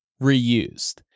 reused